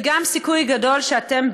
ויש גם סיכוי גדול שאתם,